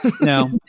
No